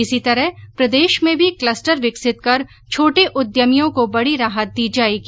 इसी तरह प्रदेश में भी क्लस्टर विकसित कर छोटे उद्यमियों को बडी राहत दी जाएगी